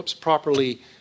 properly